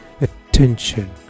Attention